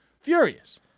furious